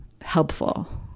helpful